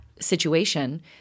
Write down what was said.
situation